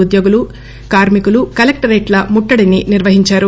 ఉద్యోగులు కార్కికులు కలెక్టరేట్ ల ముట్టడిని నిర్వహించారు